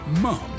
Mom